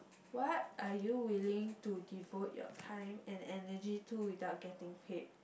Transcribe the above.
what are you willing to devote your time and energy to without getting paid